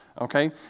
okay